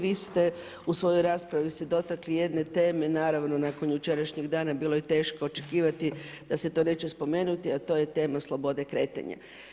Vi ste u svojoj raspravi dotakli se jedne teme, naravno nakon jučerašnjeg dana bilo je teško očekivati da se to neće spomenuti, a to je tema slobode kretanja.